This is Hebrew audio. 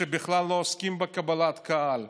שבכלל לא עוסקים בקבלת קהל,